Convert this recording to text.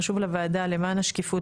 חשוב לוועדה למען השקיפות,